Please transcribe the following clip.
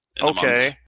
Okay